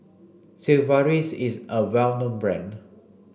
Sigvaris is a well known brand